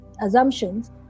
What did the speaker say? assumptions